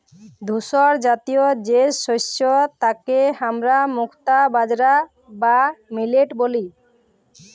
ধূসরজাতীয় যে শস্য তাকে হামরা মুক্তা বাজরা বা মিলেট ব্যলি